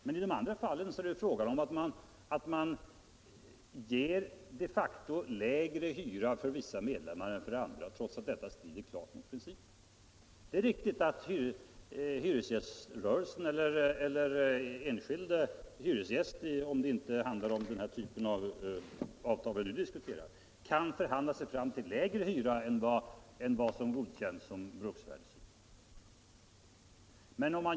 Men i de andra fallen är det fråga om att man de facto ger lägre hyra för vissa hyresgäster än för andra. Det är riktigt att hyresgäströrelsen här kan förhandla sig fram till lägre hyra än vad som kan godkännas som bruksvärdeshyra.